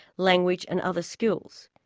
language and other skills.